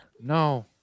No